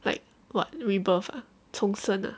like what rebirth ah 重生 ah